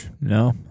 No